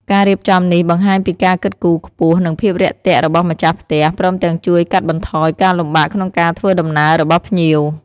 ការរៀបចំនេះបង្ហាញពីការគិតគូរខ្ពស់និងភាពរាក់ទាក់របស់ម្ចាស់ផ្ទះ ព្រមទាំងជួយកាត់បន្ថយការលំបាកក្នុងការធ្វើដំណើររបស់ភ្ញៀវ។